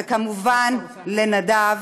וכמובן לנדב,